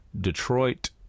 Detroit